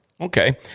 Okay